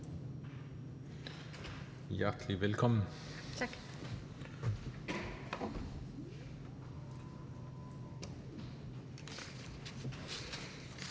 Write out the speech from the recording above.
Tak.